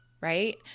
right